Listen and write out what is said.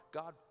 god